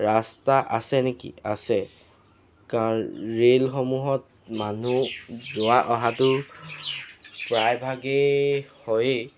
ৰাস্তা আছে নেকি আছে কাৰণ ৰে'লসমূহত মানুহ যোৱা অহাতো প্ৰায়ভাগেই হয়েই